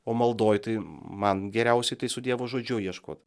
o maldoj tai man geriausiai tai su dievo žodžiu ieškot